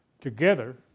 together